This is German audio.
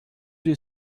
die